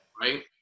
Right